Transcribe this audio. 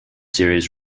series